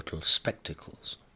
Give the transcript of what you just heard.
spectacles